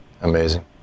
Amazing